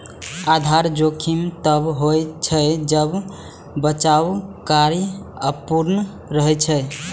आधार जोखिम तब होइ छै, जब बचाव कार्य अपूर्ण रहै छै